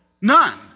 None